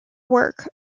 work